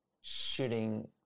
shooting